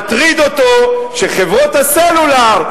מטריד אותו שחברות הסלולר,